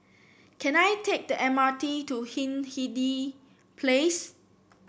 can I take the M R T to Hindhede Place